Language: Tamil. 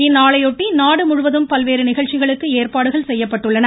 இந்நாளையொட்டி நாடு முழுவதும் பல்வேறு நிகழ்ச்சிகளுக்கு ஏற்பாடுகள் செய்யப்பட்டுள்ளன